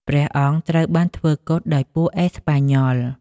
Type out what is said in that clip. ព្រះអង្គត្រូវបានធ្វើគុតដោយពួកអេស្ប៉ាញ៉ុល។